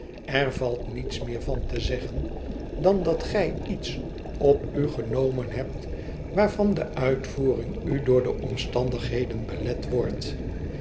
r valt niets meer van te zeggen dan dat gij iets op u genomen hebt waarvan de uitvoering u door de omstandigheden belet wordt